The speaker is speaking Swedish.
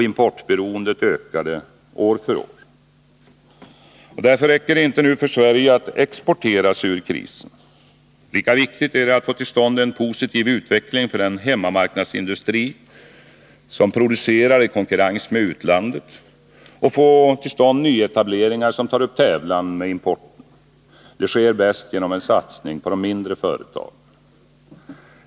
Importberoendet ökade år för år. Därför räcker det inte nu för Sverige att exportera sig ur krisen. Lika viktigt är det att vi får till stånd en positiv utveckling för den hemmamarknadsindustri som producerar i konkurrens med utlandet och att vi får till stånd nyetableringar innebärande att man tar upp tävlan med importen. Det sker bäst genom en satsning på de mindre företagen.